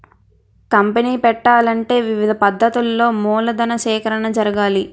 company పెట్టాలంటే వివిధ పద్ధతులలో మూలధన సేకరణ జరగాలి